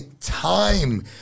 time